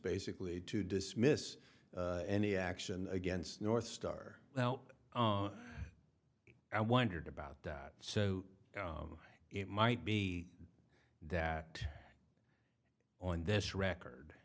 basically to dismiss any action against north star well i wondered about that so it might be that on this record